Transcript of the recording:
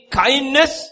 kindness